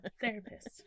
therapist